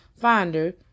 Finder